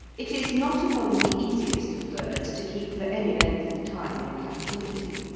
it is not among the easiest of birds to keep for any length of time in captivity,